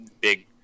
big